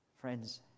Friends